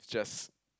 just